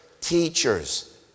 teachers